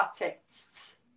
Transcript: artists